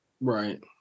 Right